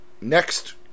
next